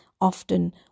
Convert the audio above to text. Often